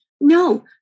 No